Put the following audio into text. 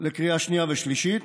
לקריאה שנייה ושלישית,